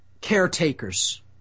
caretakers